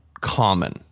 common